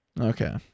Okay